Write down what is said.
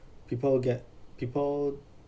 people get people